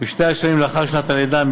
בשתי השנים לאחר שנת הלידה,